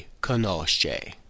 conosce